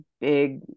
big